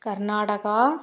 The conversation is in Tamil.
கர்நாடகா